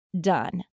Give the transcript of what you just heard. done